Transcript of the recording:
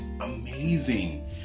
amazing